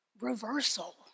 Reversal